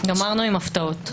גמרנו עם הפתעות.